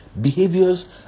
Behaviors